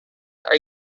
are